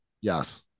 Yes